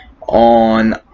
on